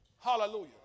Hallelujah